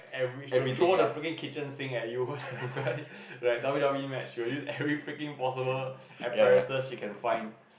and she will throw all the freaking kitchen sink at you like W_W_E match she will use every freaking possible apparatus she can find